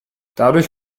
dadurch